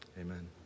amen